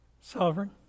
Sovereign